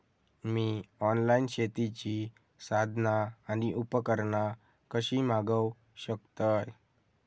मी online शेतीची साधना आणि उपकरणा कशी मागव शकतय?